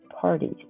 parties